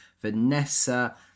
Vanessa